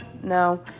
No